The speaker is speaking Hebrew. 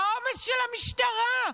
העומס של המשטרה.